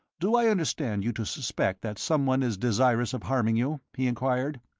do i understand you to suspect that someone is desirous of harming you? he enquired.